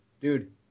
Dude